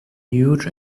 huge